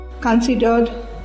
considered